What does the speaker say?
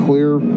Clear